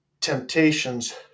temptations